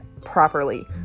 properly